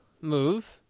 move